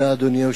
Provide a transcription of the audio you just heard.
אדוני, בבקשה.